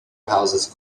houses